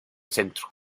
centro